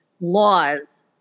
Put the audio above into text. laws